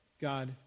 God